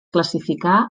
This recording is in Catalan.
classificà